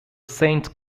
saint